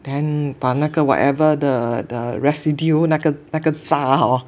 then 把那个 whatever the the residue 那个那个渣 hor